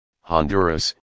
Honduras